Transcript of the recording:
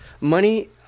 money